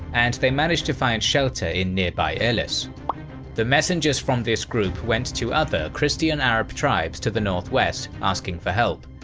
and they managed to find shelter in nearby ah the messengers from this group went to other christian arab tribes to the northwest, asking for help,